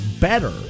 better